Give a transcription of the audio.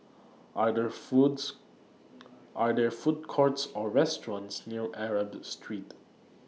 Are There Foods Are There Food Courts Or restaurants near Arab Street